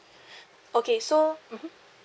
okay so mmhmm